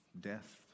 death